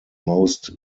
most